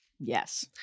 Yes